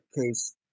case